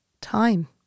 time